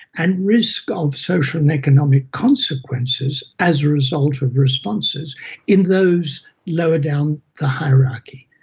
and risk of social and economic consequences as a result of responses in those lower down the hierarchy.